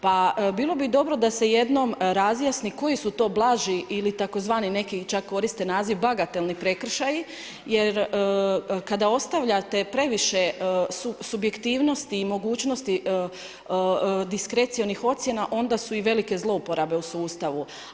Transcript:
Pa bilo bi dobro da se jednom razjasni koji su to blaži ili tzv. neki, čak koriste naziv bagatelni prekršaji, jer kada ostavljate previše subjektivnost i mogućnosti diskrecijalnih ocjena, onda su i velike zlouporabe u sustavu.